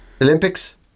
Olympics